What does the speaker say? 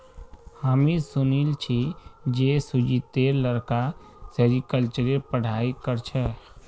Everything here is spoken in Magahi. हामी सुनिल छि जे सुजीतेर लड़का सेरीकल्चरेर पढ़ाई कर छेक